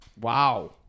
Wow